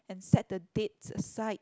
and set the date aside